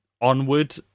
Onward